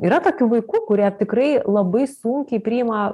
yra tokių vaikų kurie tikrai labai sunkiai priima